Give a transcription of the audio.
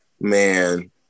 man